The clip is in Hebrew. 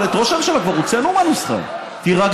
אבל את ראש הממשלה כבר הוצאנו מהמשחק, תירגע.